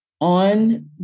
On